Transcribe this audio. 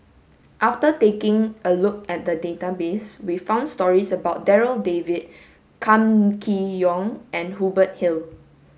after taking a look at the database we found stories about Darryl David Kam Kee Yong and Hubert Hill